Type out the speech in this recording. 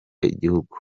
igihugu